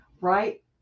Right